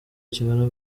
kingana